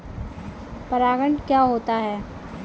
परागण क्या होता है?